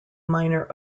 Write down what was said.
minor